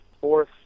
fourth